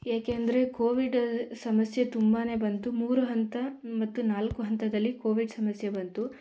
ಏಕೆಂದರೆ ಕೋವಿಡ್ ಸಮಸ್ಯೆ ತುಂಬನೇ ಬಂತು ಮೂರು ಹಂತ ಮತ್ತು ನಾಲ್ಕು ಹಂತದಲ್ಲಿ ಕೋವಿಡ್ ಸಮಸ್ಯೆ ಬಂತು